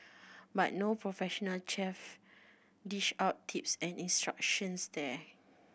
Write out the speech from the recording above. but no professional chef dish out tips and instructions there